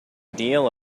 deal